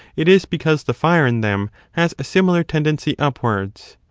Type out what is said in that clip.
it is because the fire in them has a similar tendency upwards.